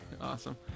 Awesome